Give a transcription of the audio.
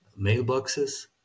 mailboxes